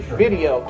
video